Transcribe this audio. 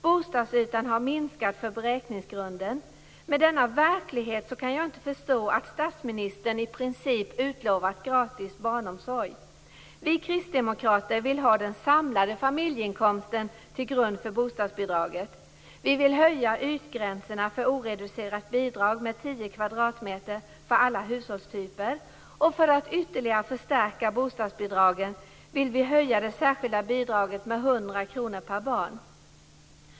Beräkningsgrunden när det gäller bostadsytan har minskat. Med denna verklighet kan jag inte förstå att statsministern i princip utlovat gratis barnomsorg. Vi kristdemokrater vill ha den samlade familjeinkomsten till grund för bostadsbidraget. Vi vill höja ytgränserna för oreducerat bidrag med tio kvadratmeter för alla hushållstyper. För att ytterligare förstärka bostadsbidragen vill vi höja det särskilda bidraget med 100 kr per barn.